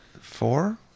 Four